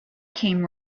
came